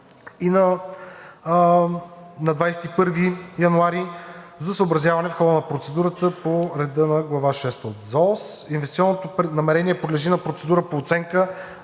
на 21 януари за съобразяване в хода на процедурата по реда на Глава VI от ЗООС. Инвестиционното намерение подлежи на процедура по оценка